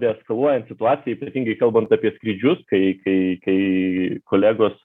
deeskaluojant situaciją ypatingai kalbant apie skrydžius kai kai kai kolegos